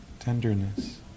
Tenderness